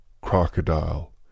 crocodile